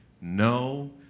No